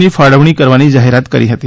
ની ફાળવણી કરવાની જાહેરાત કરી હતી